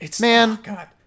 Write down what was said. Man